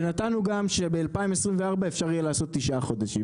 ונתנו גם שב-2024 אפשר יהיה לעשות תשעה חודשים.